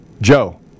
Joe